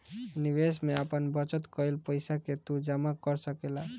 निवेश में आपन बचत कईल पईसा के तू जमा कर सकेला